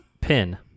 pin